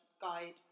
guide